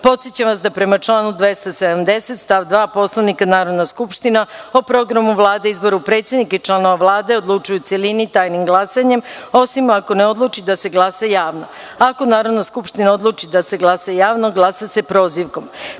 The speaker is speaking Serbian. podsećam vas da, prema članu 270. stav 2. Poslovnika, Narodna skupština o Programu Vlade i izboru predsednika i članove Vlade, odlučuje u celini, tajnim glasanjem osim ako ne odluči da se glasa javno. Ako Narodna skupština odluči da se glasa javno, glasa se prozivkom. Predlažem